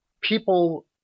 people